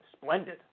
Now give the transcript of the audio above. Splendid